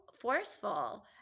forceful